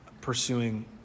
pursuing